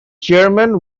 chairman